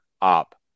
up